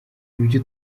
ibyo